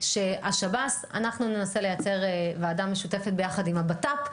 השב"ס אנחנו ננסה לייצר ועדה משותפת ביחד עם הבט"פ.